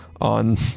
on